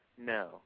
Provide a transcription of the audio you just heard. No